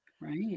right